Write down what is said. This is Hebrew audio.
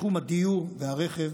בתחום הדיור והרכב,